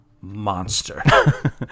monster